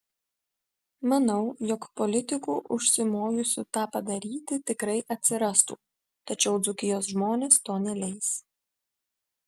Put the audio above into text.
manau jog politikų užsimojusių tą padaryti tikrai atsirastų tačiau dzūkijos žmonės to neleis